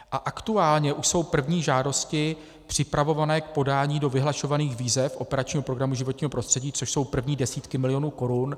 A aktuálně už jsou první žádosti připravované k podání do vyhlašovaných výzev operačního programu Životního prostředí, což jsou první desítky milionů korun.